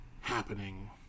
happening